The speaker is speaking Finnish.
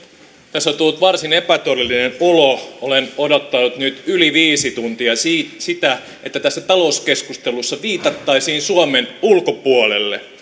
tässä on tullut varsin epätodellinen olo olen odottanut nyt yli viisi tuntia sitä että tässä talouskeskustelussa viitattaisiin suomen ulkopuolelle